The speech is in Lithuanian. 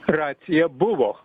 racija buvo